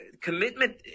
commitment